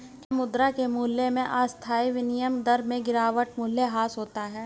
क्या मुद्रा के मूल्य में अस्थायी विनिमय दर में गिरावट मूल्यह्रास होता है?